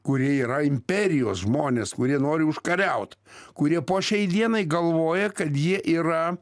kurie yra imperijos žmonės kurie nori užkariaut kurie po šiai dienai galvoja kad jie yra